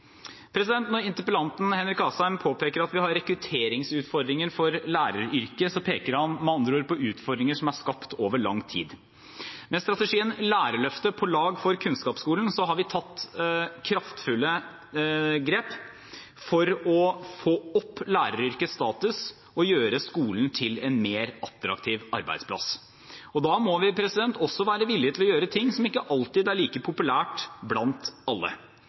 Når interpellanten Henrik Asheim påpeker at vi har rekrutteringsutfordringer for læreryrket, peker han med andre ord på utfordringer som er skapt over lang tid. Med strategien Lærerløftet – på lag for kunnskapsskolen har vi tatt kraftfulle grep for å få opp læreryrkets status og gjøre skolen til en mer attraktiv arbeidsplass. Da må vi også være villig til å gjøre ting som ikke alltid er like populært blant alle.